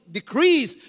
decrease